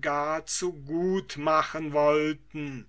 gar zu gut machen wollten